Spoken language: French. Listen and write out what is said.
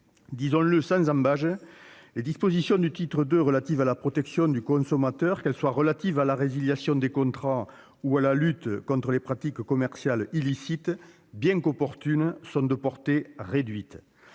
Disons-le sans ambages : les dispositions du titre II, relatives à la protection du consommateur, qu'elles portent sur la résiliation des contrats ou sur la lutte contre les pratiques commerciales illicites, bien qu'opportunes, sont de portée réduite.